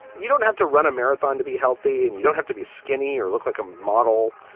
you don't have to run a marathon to be healthy and you don't have to be skinny or look like a model.